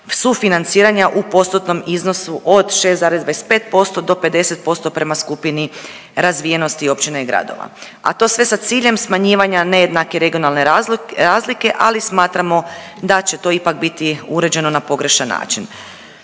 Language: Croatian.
sufinanciranja u postotnom iznosu od 6,25% do 50% prema skupini razvijenosti općina i gradova, a to sve sa ciljem smanjivanja nejednake regionalne razlike, ali smatramo da će to ipak biti uređeno na pogrešan način.